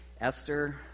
Esther